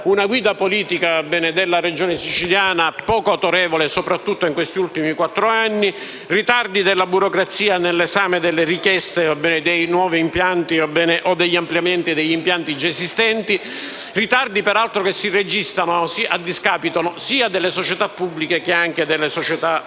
una guida politica della Regione Siciliana poco autorevole, soprattutto in questi ultimi quattro anni, ritardi nell'esame delle richieste dei nuovi impianti o degli ampliamenti degli impianti già esistenti, ritardi che, peraltro, si registrano a discapito sia delle società pubbliche che di quelle private.